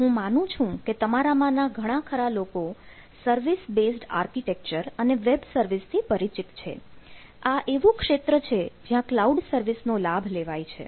હું માનું છે કે તમારામાંના ઘણા ખરા લોકો સર્વિસ બેસ્ડ આર્કિટેક્ચર અને વેબ સર્વિસ થી પરિચિત છે આ એવું ક્ષેત્ર છે જ્યાં ક્લાઉડ સર્વિસ નો લાભ લેવાય છે